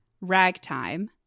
Ragtime